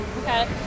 okay